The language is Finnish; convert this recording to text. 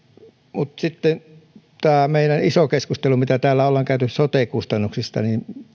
mutta sitten tämä meidän iso keskustelu mitä täällä ollaan käyty sote kustannuksista